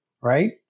right